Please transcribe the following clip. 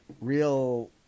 real